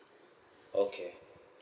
okay